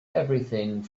everything